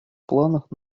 планах